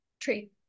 tree